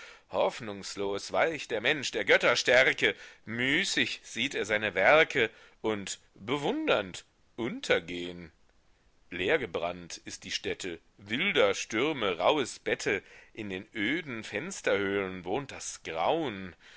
hoffnungslos weicht der mensch der götterstärke müßig sieht er seine werke und bewundernd untergehn leergebrannt ist die stätte wilder stürme rauhes bette in den öden fensterhöhlen wohnt das grauen